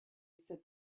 said